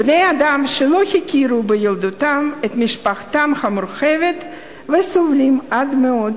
בני-אדם שלא הכירו בילדותם את משפחתם המורחבת וסובלים עד מאוד